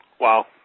Wow